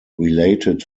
related